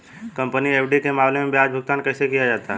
Company FD के मामले में ब्याज भुगतान कैसे किया जाता है?